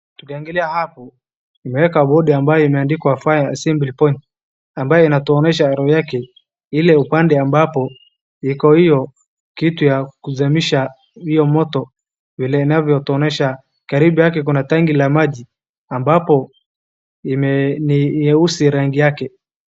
Tukiangalia hapo imekwa board ambaye imeandikwa Fire Assembly point ambaye inatuonyesha arrow yake ile upande ambapo iko hiyo kitu ya kuzimisha hiyo moto vile inavyotuonyesha karibu yake kuna tanki ya maji ambapo ni nyeusi rangi yake.